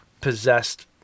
possessed